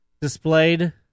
displayed